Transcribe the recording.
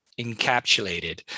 encapsulated